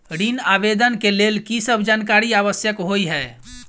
ऋण आवेदन केँ लेल की सब जानकारी आवश्यक होइ है?